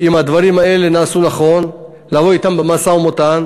אם הדברים האלה נעשו נכון, לבוא אתם במשא-ומתן,